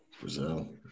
Brazil